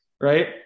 right